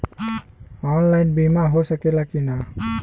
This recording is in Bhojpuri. ऑनलाइन बीमा हो सकेला की ना?